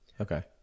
Okay